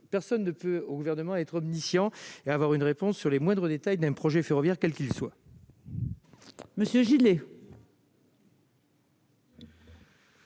personne ne peut, au gouvernement, être omniscient et avoir une réponse sur les moindres détails d'un projet ferroviaire, quel qu'il soit.